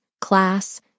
class